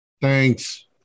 Thanks